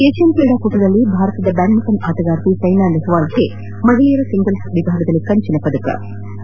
Asian ಕ್ರೀಡಾಕೂಟದಲ್ಲಿ ಭಾರತದ badminton ಆಟಗಾರ್ತಿ ಸೈನಾ ನೆಹ್ವಾಲ್ ಮಹಿಳೆಯರ ಸಿಂಗಲ್ಲ್ ವಿಭಾಗದಲ್ಲಿ ಕಂಚಿನ ಪದಕ ಗೆಲುವು